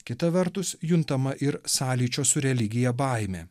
kita vertus juntama ir sąlyčio su religija baimė